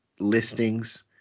listings